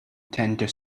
tender